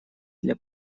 для